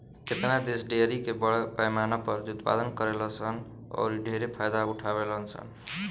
केतना देश डेयरी के बड़ पैमाना पर उत्पादन करेलन सन औरि ढेरे फायदा उठावेलन सन